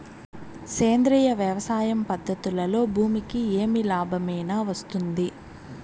సేంద్రియ వ్యవసాయం పద్ధతులలో భూమికి ఏమి లాభమేనా వస్తుంది?